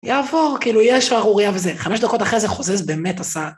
יעבור, כאילו יהיה שערוריה וזה, חמש דקות אחרי זה חוזה, זה באמת עשה...